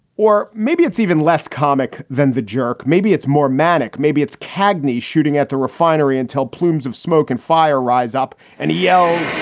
or maybe it's even less comic than the jerk. maybe it's more manic. maybe it's cagney's shooting at the refinery until plumes of smoke and fire rise up. and he yells